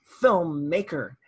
filmmaker